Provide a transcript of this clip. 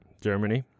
Germany